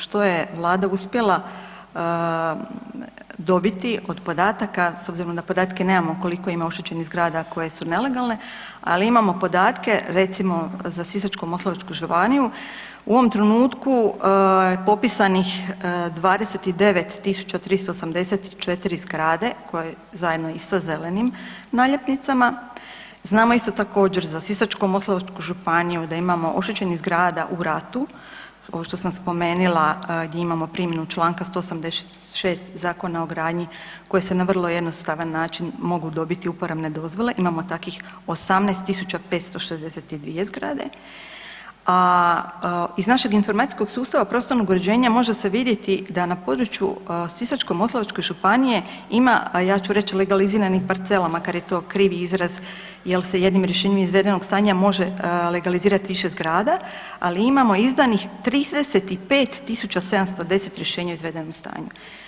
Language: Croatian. Što je Vlada uspjela dobiti od podataka, s obzirom da podatke nemamo koliko ima oštećenih zgrada koje su nelegalne, ali imamo podatke, recimo, za Sisačko-moslavačku županiju u ovom trenutku je popisanih 29 384 zgrade koje zajedno i sa zelenim naljepnicama, znamo isto također, za Sisačko-moslavačku županiju da imamo oštećenih zgrada u ratu, ovo što sam spomenila, gdje imamo primjenu čl. 176 Zakona o gradnji koji se na vrlo jednostavan način mogu dobiti uporabne dozvole, imamo takvih 18 562 zgrade, a iz našeg informacijskog sustava prostornog uređenja može se vidjeti da na području Sisačko-moslavačke županije ima, ja ću reći, legaliziranih parcela, makar je to krivi izraz jer se jednim rješenjem izvedenog stanja može legalizirati više zgrada, ali imamo izdanih 35 710 rješenja o izvedenom stanju.